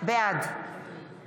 בעד